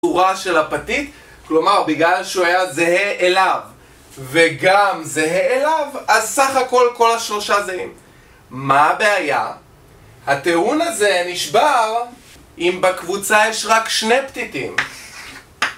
פורה של הפתית, כלומר בגלל שהוא היה זהה אליו וגם זהה אליו, אז סך הכל כל השלושה זהים מה הבעיה? הטיעון הזה נשבר אם בקבוצה יש רק שני פתיתים